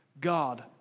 God